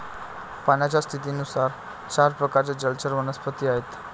पाण्याच्या स्थितीनुसार चार प्रकारचे जलचर वनस्पती आहेत